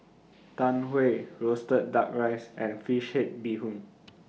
Tau Huay Roasted Duck Rice and Fish Head Bee Hoon